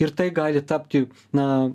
ir tai gali tapti na